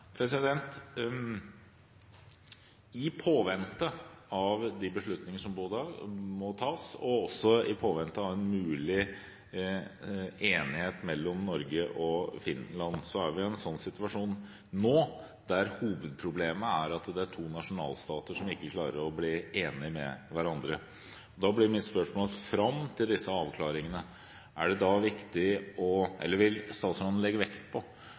I påvente av de beslutninger som må tas, og også i påvente av en mulig enighet mellom Norge og Finland, er vi i en situasjon nå hvor hovedproblemet er at det er to nasjonalstater som ikke klarer å bli enige med hverandre. Da blir mitt spørsmål: Fram til disse avklaringene, vil statsråden legge vekt på at man kan bygge en forvaltning og et samarbeid nedenfra og opp med ulike aktører – i hvert fall på